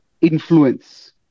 influence